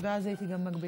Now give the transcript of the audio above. ואז הייתי גם מגבילה.